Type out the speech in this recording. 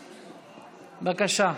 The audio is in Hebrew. בבקשה.